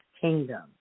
kingdom